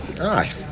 aye